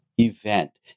event